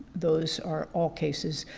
those are all cases.